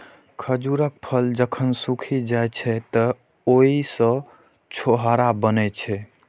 खजूरक फल जखन सूखि जाइ छै, तं ओइ सं छोहाड़ा बनै छै